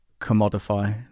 commodify